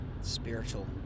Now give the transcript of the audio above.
Spiritual